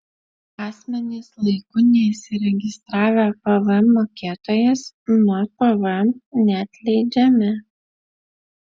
asmenys laiku neįsiregistravę pvm mokėtojais nuo pvm neatleidžiami